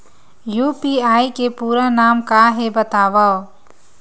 UPI के पूरा नाम का हे बतावव?